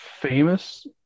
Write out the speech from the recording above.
famous